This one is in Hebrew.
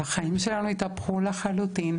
החיים שלנו התהפכו לחלוטין.